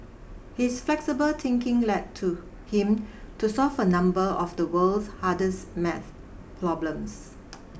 his flexible thinking led to him to solve a number of the world's hardest math problems